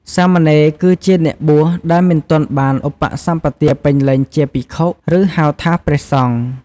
សាមណេរ គឺជាអ្នកបួសដែលមិនទាន់បានឧបសម្បទាពេញលេញជាភិក្ខុ ឬហៅថា ព្រះសង្ឃ។